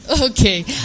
Okay